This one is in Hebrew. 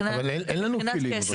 אבל אין לנו כלים.